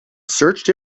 searched